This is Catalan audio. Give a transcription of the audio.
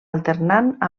alternant